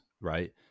right